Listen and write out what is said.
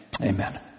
amen